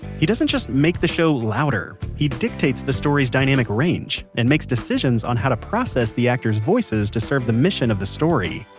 he doesn't just make the show louder, he dictates the story's dynamic range and makes decisions on how to process the actor's voices to serve the mission of the story.